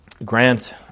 Grant